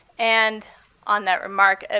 and on that remark, ah